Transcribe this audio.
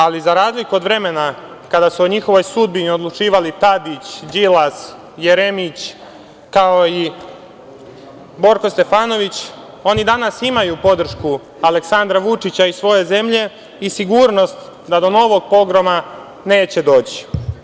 Ali, za razliku od vremena kada su o njihovoj sudbini odlučivali Tadić, Đilas, Jeremić, kao i Borko Stefanović, oni danas imaju podršku Aleksandra Vučića i svoje zemlje i sigurnost da do novog pogroma neće doći.